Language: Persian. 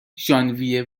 ژانویه